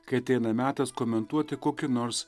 kai ateina metas komentuoti kokį nors